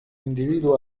individuo